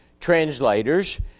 translators